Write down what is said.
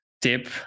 tip